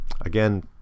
Again